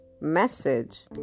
message